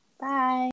Bye